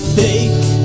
fake